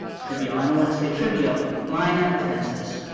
trivial, i don't want to say trivial minor offenses.